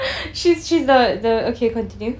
she's she's the the okay continue